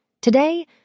Today